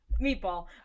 meatball